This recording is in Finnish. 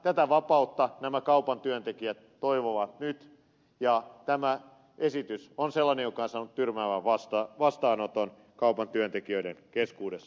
tätä vapautta nämä kaupan työntekijät toivovat nyt ja tämä esitys on sellainen joka on saanut tyrmäävän vastaanoton kaupan työntekijöiden keskuudessa